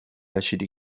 acidi